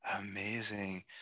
amazing